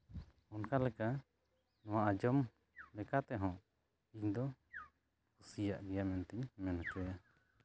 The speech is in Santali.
ᱱᱚᱝᱠᱟ ᱞᱮᱠᱟ ᱱᱚᱣᱟ ᱟᱸᱡᱚᱢ ᱞᱮᱠᱟ ᱛᱮᱦᱚᱸ ᱤᱧᱫᱚ ᱠᱩᱥᱤᱭᱟᱜ ᱜᱮᱭᱟ ᱢᱮᱱᱛᱤᱧ ᱢᱮᱱ ᱦᱚᱪᱚᱭᱟ